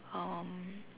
um